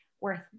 worth